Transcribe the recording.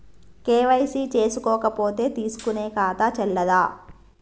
KYC చేసుకోకపోతే తీసుకునే ఖాతా చెల్లదా?